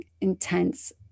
intense